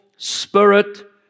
spirit